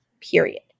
period